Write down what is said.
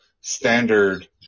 standard